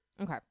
Okay